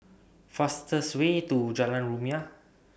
fastest Way to Jalan Rumia